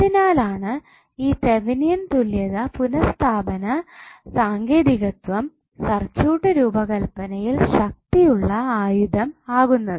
അതിനാൽ ആണ് ഈ തെവെനിൻ തുല്യത പുനഃസ്ഥാപന സാങ്കേതികത്വം സർക്യൂട്ട് രൂപകല്പനയിൽ ശക്തിയുള്ള ആയുധം ആക്കുന്നത്